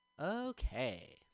Okay